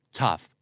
tough